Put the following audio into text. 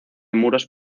muros